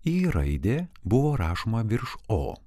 i raidė buvo rašoma virš o